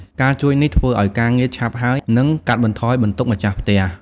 ការជួយនេះធ្វើឲ្យការងារឆាប់ហើយ និងកាត់បន្ថយបន្ទុកម្ចាស់ផ្ទះ។